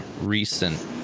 recent